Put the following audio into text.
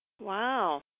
Wow